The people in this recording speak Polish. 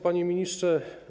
Panie Ministrze!